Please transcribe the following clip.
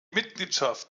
mitgliedschaft